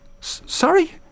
sorry